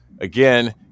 again